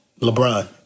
LeBron